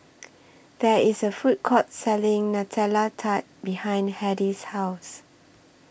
There IS A Food Court Selling Nutella Tart behind Hedy's House